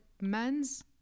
men's